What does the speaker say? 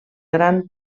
gran